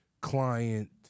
client